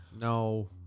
No